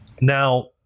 Now